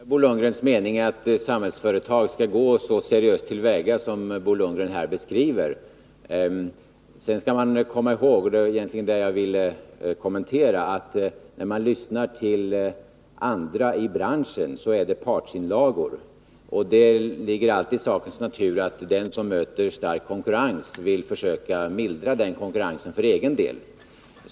Herr talman! Jag delar Bo Lundgrens mening, att Samhällsföretag skall gå så seriöst till väga som han här beskriver. Man skall vidare komma ihåg — och det är egentligen det som jag ville kommentera — att när man lyssnar till andra i branschen, så är det partsinlagor. Det ligger i sakens natur att den som möter stark konkurrens vill försöka mildra denna för egen del.